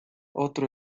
otro